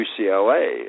UCLA